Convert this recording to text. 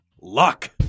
luck